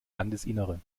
landesinnere